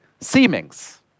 seemings